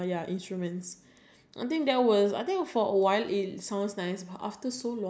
because back in the days people say my voice is not nice is like I think so I feel like is so